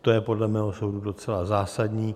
To je podle mého soudu docela zásadní.